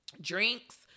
drinks